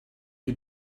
you